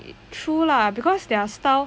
true lah because their style